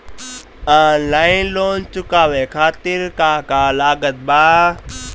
Online loan चुकावे खातिर का का लागत बा?